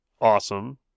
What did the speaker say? awesome